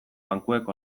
bankuek